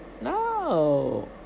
No